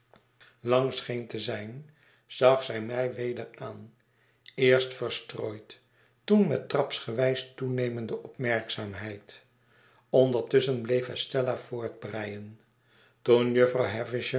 lang scheen te zijn zag zij mij weder aan eerst verstrooid toen met trapsgewijs toenemende opmerkzaamheid ondertusschen bleef estella voortbreien toen jufvrouw